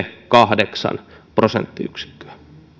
kahdeksan prosenttiyksikköä